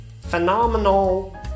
phenomenal